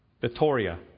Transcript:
Victoria